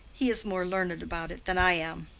he is more learned about it than i am.